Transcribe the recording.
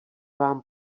vám